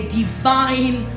divine